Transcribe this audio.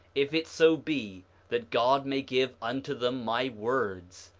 if it so be that god may give unto them my words,